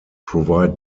provide